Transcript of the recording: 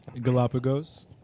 Galapagos